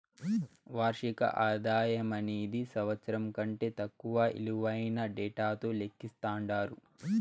వార్షిక ఆదాయమనేది సంవత్సరం కంటే తక్కువ ఇలువైన డేటాతో లెక్కిస్తండారు